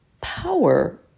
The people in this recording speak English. power